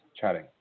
chatting